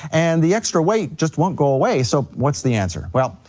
and the extra weight just won't go away, so what's the answer? well,